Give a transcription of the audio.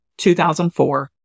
2004